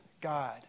God